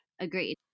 Agreed